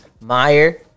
Meyer